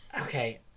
okay